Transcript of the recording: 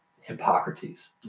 Hippocrates